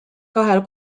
kahel